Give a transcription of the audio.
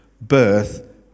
birth